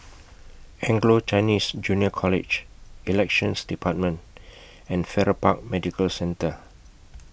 Anglo Chinese Junior College Elections department and Farrer Park Medical Centre